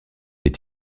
est